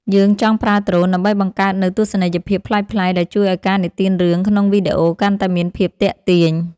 យើងចង់ប្រើដ្រូនដើម្បីបង្កើតនូវទស្សនីយភាពប្លែកៗដែលជួយឱ្យការនិទានរឿងក្នុងវីដេអូកាន់តែមានភាពទាក់ទាញ។